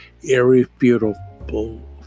irrefutable